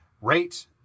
rate